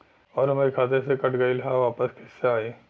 आऊर हमरे खाते से कट गैल ह वापस कैसे आई?